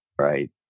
Right